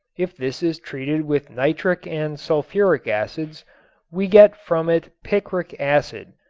if this is treated with nitric and sulfuric acids we get from it picric acid,